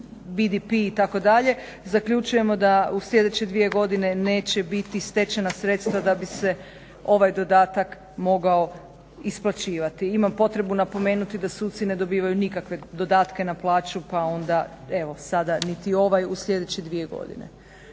BDP itd. zaključujemo da u sljedeće dvije godine neće biti stečena sredstva da bi se ovaj dodatak mogao isplaćivati. Imam potrebu napomenuti da suci ne dobivaju nikakve dodatke na plaću pa onda evo sada niti ovaj u sljedeće dvije godine.